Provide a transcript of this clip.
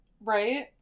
Right